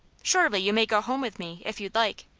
surely you may go home with me, if you'd like.